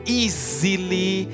easily